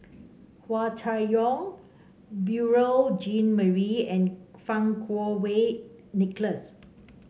Hua Chai Yong Beurel Jean Marie and Fang Kuo Wei Nicholas